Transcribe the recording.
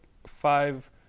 Five